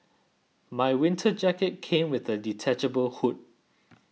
my winter jacket came with a detachable hood